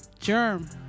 germ